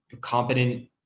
competent